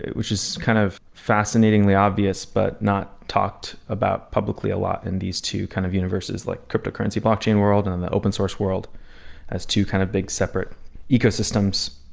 which is kind of fascinatingly obvious, but not talked about publicly a lot in these two kind of universes like cryptocurrency blockchain world and on the open source world as two kind of big separate ecosystems,